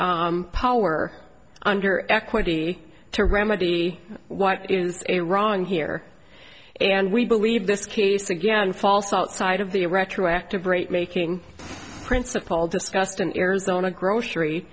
power under equity to remedy what is a wrong here and we believe this case again false outside of the retroactive rate making principle discussed in arizona grocery